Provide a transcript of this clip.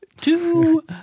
two